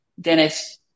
Dennis